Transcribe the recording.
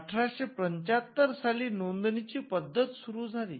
१८७५ साली नोंदणीची पद्धत सुरु झाली